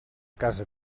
casa